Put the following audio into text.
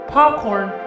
Popcorn